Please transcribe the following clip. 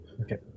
Okay